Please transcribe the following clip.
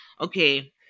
Okay